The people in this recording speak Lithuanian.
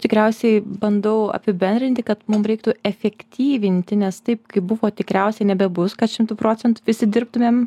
tikriausiai bandau apibendrinti kad mum reiktų efektyvinti nes taip kaip buvo tikriausia nebebus kad šimtu procentų visi dirbtumėm